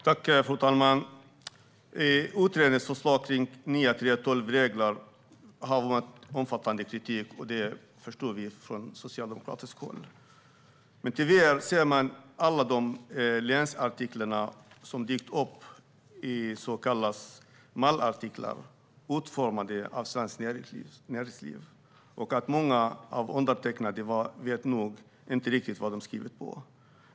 Fru talman! Utredningens förslag om nya 3:12-regler har fått omfattande kritik, och det förstår vi från Socialdemokraterna. Det har dykt upp många så kallade mallartiklar i länstidningarna utformade av Svenskt Näringsliv. Många av undertecknarna vet nog inte riktigt vad de skriver på.